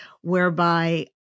whereby